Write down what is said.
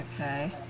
Okay